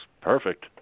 perfect